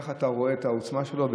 כך אתה רואה את העוצמה שלו,